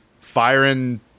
firing